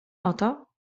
oto